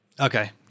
okay